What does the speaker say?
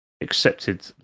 accepted